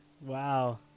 Wow